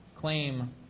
claim